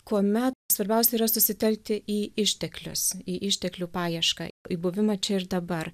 kuomet svarbiausia yra susitelkti į išteklius į išteklių paiešką į buvimą čia ir dabar